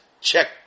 check